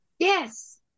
Yes